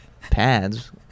Pads